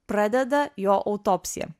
pradeda jo autopsiją